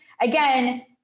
again